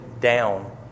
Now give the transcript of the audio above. down